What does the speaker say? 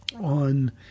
on